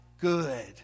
good